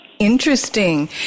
Interesting